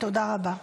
תודה רבה.